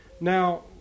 Now